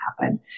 happen